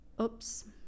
Oops